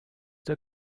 der